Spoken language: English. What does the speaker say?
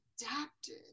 adapted